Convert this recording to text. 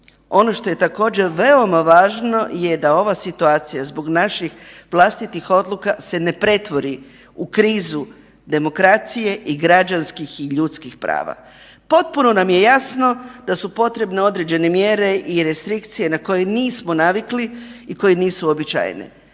ono što je također veoma važno je da ova situacija zbog naših vlastitih odluka se ne pretvori u krizu demokracije i građanskih i ljudskih prava. Potpuno nam je jasno da su potrebne određene mjere i restrikcije na koje nismo navikli i koje nisu uobičajene.